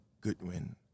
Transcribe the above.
Goodwin